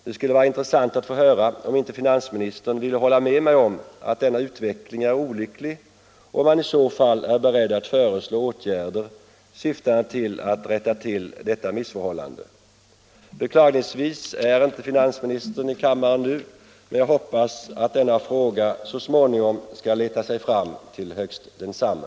Det skulle vara intressant att få höra om inte finansministern ville hålla med mig om att denna utveckling är olycklig och om han i så fall är beredd att föreslå åtgärder i syfte att rätta till detta missförhållande? Beklagligtvis befinner sig finansministern inte i kammaren just nu, men jag hoppas att denna fråga så småningom skall leta sig fram till högst densamme.